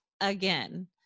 again